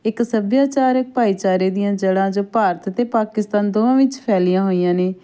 ਇੱਕ ਸੱਭਿਆਚਾਰਕ ਭਾਈਚਾਰੇ ਦੀਆਂ ਜੜ੍ਹਾਂ ਜੋ ਭਾਰਤ ਅਤੇ ਪਾਕਿਸਤਾਨ ਦੋਵਾਂ ਵਿੱਚ ਫੈਲੀਆਂ ਹੋਈਆਂ ਨੇ